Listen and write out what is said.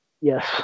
yes